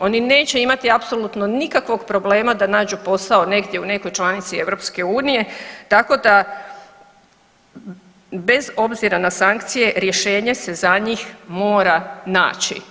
Oni neće imati apsolutno nikakvog problema da nađu posao negdje u nekoj članici EU, tako da bez obzira na sankcije rješenje se za njih mora naći.